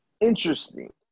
Interesting